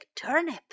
turnip